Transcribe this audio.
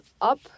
up